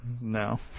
no